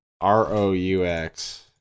r-o-u-x